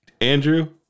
Andrew